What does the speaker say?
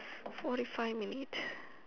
forty five minutes